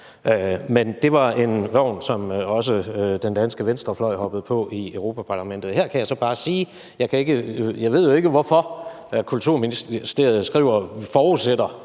Men det var en vogn, som også den danske venstrefløj i Europa-Parlamentet hoppede på. Her kan jeg så bare sige, at jeg jo ikke ved, hvorfor Kulturministeriet forudsætter